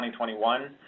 2021